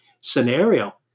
scenario